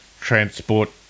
Transport